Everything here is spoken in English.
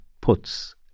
puts